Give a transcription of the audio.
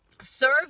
serve